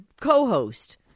co-host